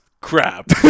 Crap